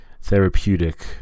Therapeutic